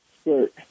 skirt